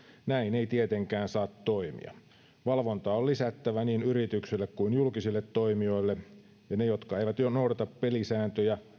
näin ei tietenkään saa toimia valvontaa on lisättävä niin yrityksille kuin julkisille toimijoille ja niille jotka eivät noudata pelisääntöjä